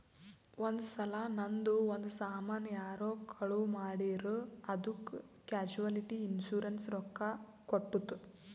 ಒಂದ್ ಸಲಾ ನಂದು ಒಂದ್ ಸಾಮಾನ್ ಯಾರೋ ಕಳು ಮಾಡಿರ್ ಅದ್ದುಕ್ ಕ್ಯಾಶುಲಿಟಿ ಇನ್ಸೂರೆನ್ಸ್ ರೊಕ್ಕಾ ಕೊಟ್ಟುತ್